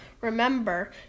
remember